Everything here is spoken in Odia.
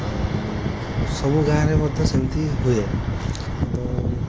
ଆଉ ସବୁ ଗାଁ ରେ ମଧ୍ୟ ସେମିତି ହୁଏ କିନ୍ତୁ